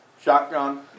shotgun